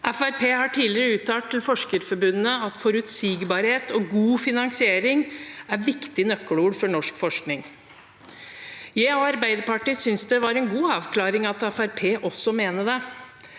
et har tidligere uttalt til Forskerforbundet at forutsigbarhet og god finansiering er viktige nøkkelord for norsk forskning. Jeg og Arbeiderpartiet synes det er en god avklaring at Fremskrittspartiet